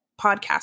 podcast